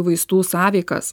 vaistų sąveikas